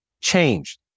changed